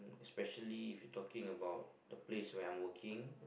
especially if you talking about the place where I'm working